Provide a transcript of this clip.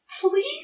please